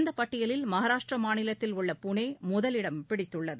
இந்தப் பட்டியலில் மகாராஷ்ட்டிரமாநிலத்தில் உள்ள புனேமுதவிடம் பிடித்துள்ளது